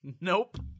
Nope